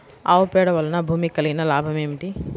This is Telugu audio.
ఆవు పేడ వలన భూమికి కలిగిన లాభం ఏమిటి?